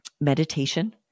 meditation